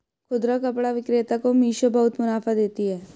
खुदरा कपड़ा विक्रेता को मिशो बहुत मुनाफा देती है